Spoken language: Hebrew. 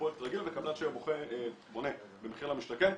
בפרויקט רגיל וקבלן שבונה ב'מחיר למשתכן',